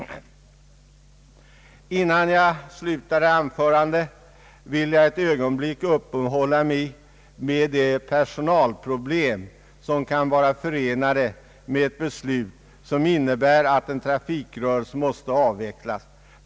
Innan jag slutar mitt anförande vill jag ett ögonblick uppehålla mig vid de personalproblem som kan vara förenade med ett beslut som innebär att en trafikrörelse måste avvecklas.